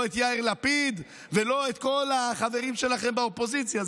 לא את יאיר לפיד ולא את כל החברים שלכם באופוזיציה.